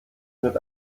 mit